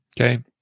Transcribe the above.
Okay